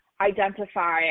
identify